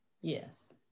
yes